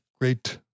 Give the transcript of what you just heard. great